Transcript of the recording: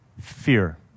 Fear